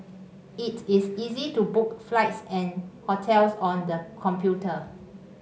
it is easy to book flights and hotels on the computer